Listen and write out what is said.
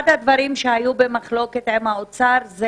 אחד הדברים שהיו במחלוקת עם האוצר זה